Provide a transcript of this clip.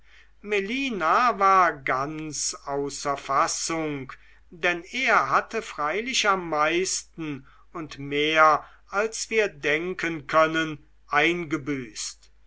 melina war ganz außer fassung denn er hatte freilich am meisten und mehr als wir denken können eingebüßt